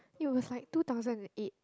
it was like two thousand and eight